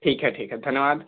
ठीक है ठीक है धन्यवाद